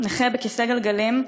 נכה בכיסא גלגלים,